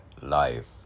life